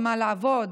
במה לעבוד.